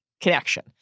connection